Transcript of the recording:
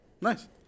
nice